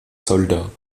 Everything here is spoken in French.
soldats